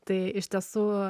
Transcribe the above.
tai iš tiesų